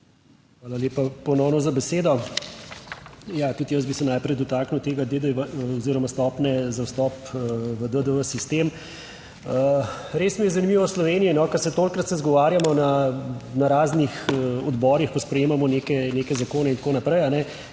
Hvala lepa ponovno za besedo. Ja, tudi jaz bi se najprej dotaknil tega DDV oziroma stopnje za vstop v DDV sistem. Res mi je zanimivo v Sloveniji, ker se tolikokrat se izgovarjamo na raznih odborih, ko sprejemamo neke zakone in tako naprej,